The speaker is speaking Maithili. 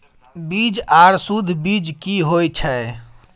बीज आर सुध बीज की होय छै?